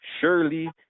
Surely